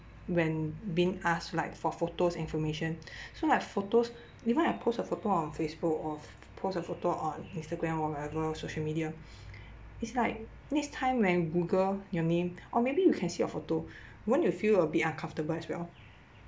when being asked like for photos information so like photos even I post a photo on facebook of post a photo on instagram or whatever social media it's like next time when google your name or maybe you can see your photo won't you feel a bit uncomfortable as well